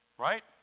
Right